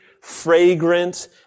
fragrant